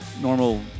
normal